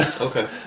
Okay